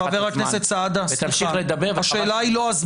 לקחת את כל מה שהרגשנו 30 שנה ולהעביר לצד